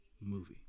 movie